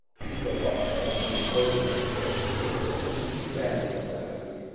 he broke off, as the rosy-cheeked maid appeared with the brandy and glasses,